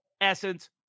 essence